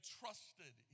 trusted